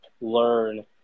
learn